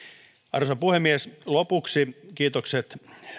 arvoisa puhemies lopuksi kiitokset